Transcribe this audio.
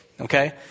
Okay